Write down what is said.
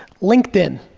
linkedin.